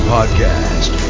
Podcast